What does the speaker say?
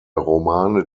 romane